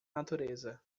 natureza